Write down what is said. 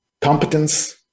competence